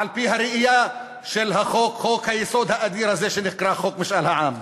על-פי הראייה של חוק-היסוד האדיר הזה שנקרא חוק משאל עם.